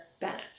bennett